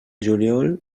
juliol